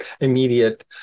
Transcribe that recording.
immediate